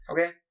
Okay